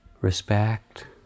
respect